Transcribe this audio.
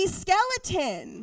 skeleton